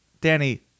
Danny